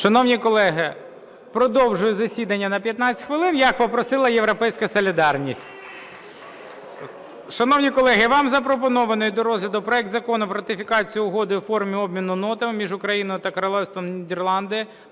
Шановні колеги, продовжую засідання на 15 хвилин, як попросила "Європейська солідарність". Шановні колеги, вам запропонований до розгляду проект Закону про ратифікацію Угоди (у формі обміну нотами) між Україною та Королівством Нідерланди